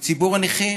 מציבור הנכים,